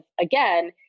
again